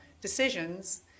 decisions